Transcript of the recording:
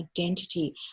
identity